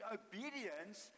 obedience